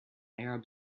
arab